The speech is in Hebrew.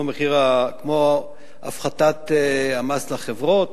כמו הפחתת המס לחברות,